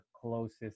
closest